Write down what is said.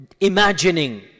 imagining